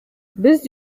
без